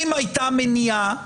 אם הייתה מניעה,